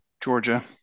Georgia